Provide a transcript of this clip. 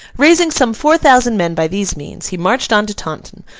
raising some four thousand men by these means, he marched on to taunton,